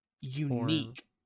unique